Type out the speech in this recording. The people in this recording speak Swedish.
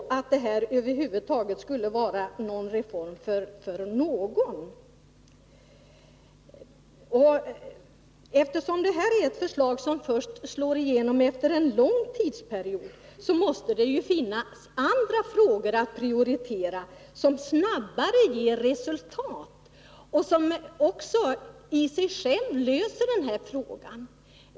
Nr 18 det här över huvud taget skulle vara en reform för någon. Onsdagen den 4 Eftersom det här förslaget slår igenom först efter en lång tidsperiod måste november 1981 det finnas andra åtgärder att prioritera, som snabbare ger resultat och som dessutom löser frågan om ATP.